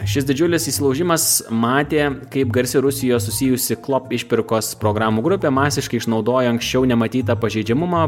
šis didžiulis įsilaužimas matė kaip garsi rusijos susijusi klop išpirkos programų grupė masiškai išnaudoja anksčiau nematytą pažeidžiamumą